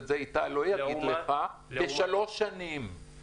את זה איתי לא יגיד לך בשלוש שנים,